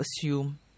assume